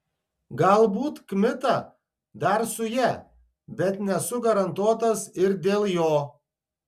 galbūt kmita dar su ja bet nesu garantuotas ir dėl jo